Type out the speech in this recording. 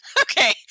Okay